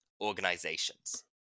organizations